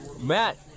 Matt